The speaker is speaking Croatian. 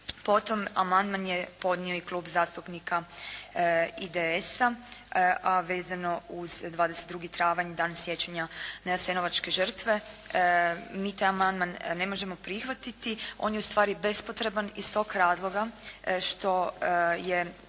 Potom amandman je podnio i Klub zastupnika IDS-a a vezano uz 22. travanj, Dan sjećanja na jasenovačke žrtve. Mi taj amandman ne možemo prihvatiti. On je ustvari bespotreban iz tog razloga što je